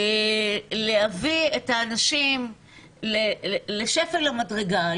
להביא את האנשים לשפל המדרגה,